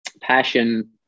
passion